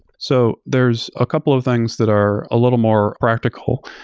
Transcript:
so there's a couple of things that are a little more practical.